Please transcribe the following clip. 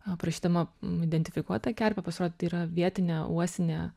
a prašydama identifikuot tą kerpę pasirod tai yra vietinė uosinė